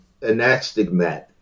Anastigmat